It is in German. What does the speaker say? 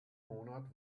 monat